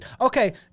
okay